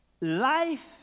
Life